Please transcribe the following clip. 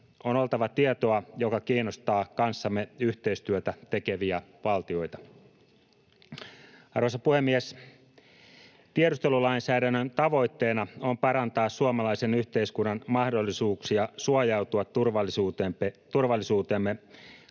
On oltava tietoa, joka kiinnostaa kanssamme yhteistyötä tekeviä valtioita. Arvoisa puhemies! Tiedustelulainsäädännön tavoitteena on parantaa suomalaisen yhteiskunnan mahdollisuuksia suojautua turvallisuuteemme